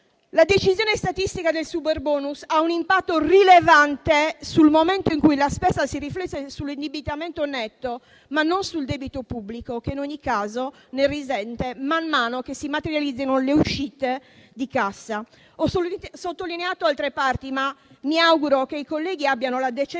classificazione statistica del Superbonus ha un impatto rilevante sul momento in cui la spesa si riflette sull'indebitamento netto, ma non sul debito pubblico, che in ogni caso ne risente man mano che si materializzano le uscite di cassa». Ho sottolineato altre parti e mi auguro che i colleghi abbiano la decenza